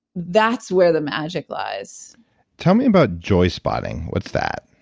that's where the magic lies tell me about joyspotting, what's that?